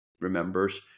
remembers